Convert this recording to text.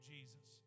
Jesus